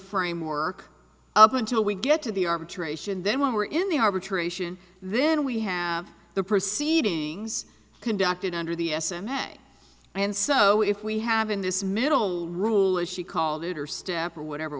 framework up until we get to the arbitration then when we are in the arbitration then we have the proceedings conducted under the s a man and so if we have in this middle rule as she called it or stamp or whatever it